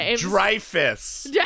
dreyfus